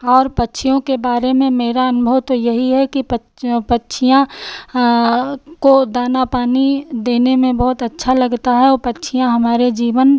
और पक्षियों के बारे में मेरा अनुभव तो यही है कि पक्षियाँ हाँ को दाना पानी देने में बहुत अच्छा लगता है औ पक्षियाँ हमारे जीवन